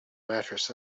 mattress